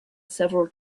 several